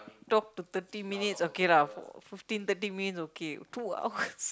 talk to thirty minutes okay lah fifteen thirty minutes okay two hours